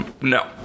no